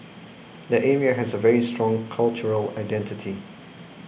the area has a very strong cultural identity